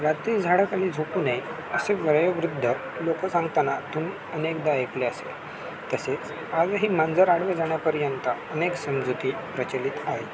रात्री झाडाखाली झोपू नये असे वयोवृद्ध लोक सांगताना तुम अनेकदा ऐकले असेल तसेच आजही मांजर आडवे जाण्यापर्यंत अनेक समजती प्रचलित आहे